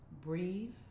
breathe